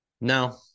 No